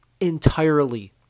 entirely